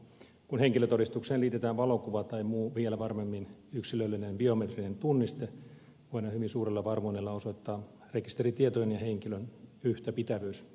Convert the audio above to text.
kun henkilötodistukseen liitetään valokuva tai muu vielä varmemmin yksilöllinen biometrinen tunniste voidaan hyvin suurella varmuudella osoittaa rekisteritietojen ja henkilön yhtäpitävyys